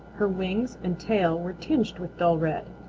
her wings and tail were tinged with dull red.